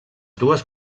dues